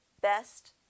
best